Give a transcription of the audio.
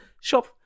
shop